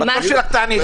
בתור שלך תעני.